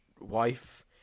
wife